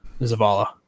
Zavala